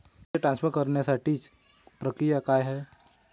पैसे ट्रान्सफर करण्यासाठीची प्रक्रिया काय आहे?